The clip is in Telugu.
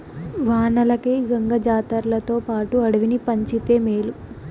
వానలకై గంగ జాతర్లతోపాటు అడవిని పంచితే మేలు